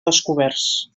descoberts